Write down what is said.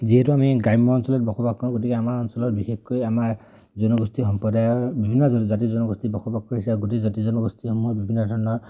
যিহেতু আমি গ্ৰাম্য অঞ্চলত বসবাস কৰোঁ গতিকে আমাৰ অঞ্চলত বিশেষকৈ আমাৰ জনগোষ্ঠী সম্প্ৰদায়ৰ বিভিন্ন জাতি জনগোষ্ঠী বসবাস কৰিছে গোটেই জাতি জনগোষ্ঠীসমূহ বিভিন্ন ধৰণৰ